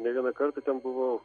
ne vieną kartą ten buvau